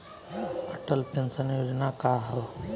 Atal pension योजना का ह?